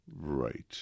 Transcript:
Right